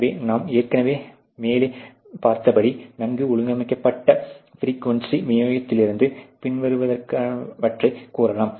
எனவே நாம் ஏற்கனவே மேலே பார்த்தபடி நன்கு ஒழுங்கமைக்கப்பட்ட பிரிக்யூவன்சி விநியோகத்திலிருந்து பின்வருவனவற்றைக் கூறலாம்